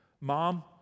Mom